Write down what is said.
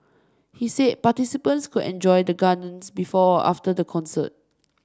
he said participants could enjoy the Gardens before or after the concert